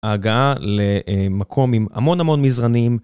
ההגעה למקום עם המון המון מזרנים.